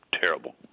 terrible